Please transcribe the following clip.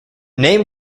name